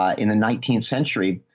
ah in the nineteenth century,